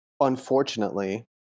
unfortunately